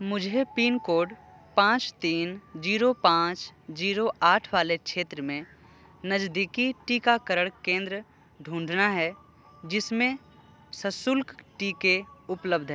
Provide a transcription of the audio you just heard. मुझे पिनकोड पाँच तीन ज़ीरो पाँच ज़ीरो आठ वाले क्षेत्र में नज़दीकी टीकाकरण केंद्र ढूँढना है जिसमें ससुल्क टीके उपलब्ध हैं